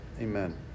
Amen